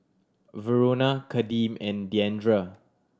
Verona Kadeem and Diandra